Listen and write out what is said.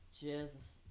Jesus